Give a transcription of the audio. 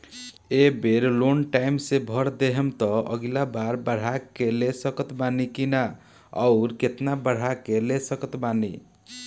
ए बेर loan time से भर देहम त अगिला बार बढ़ा के ले सकत बानी की न आउर केतना बढ़ा के ले सकत बानी?